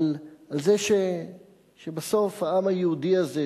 על הכיסופים של העם היהודי הזה,